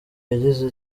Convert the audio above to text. yagize